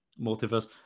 Multiverse